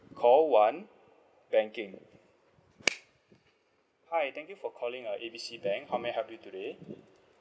call one banking hi thank you for calling uh A B C bank how may I help you today